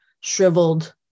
shriveled